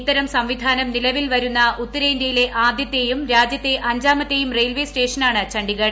ഇത്തരം സംവിധാനം നിലവിൽ വരുന്ന ഉത്തരേന്തൃയിലെ ആദ്യത്തെയും രാജ്യത്തെ അഞ്ചാമത്തെയും റെയിൽവേ സ്റ്റേഷനാണ് ഛണ്ഡീഗഡ്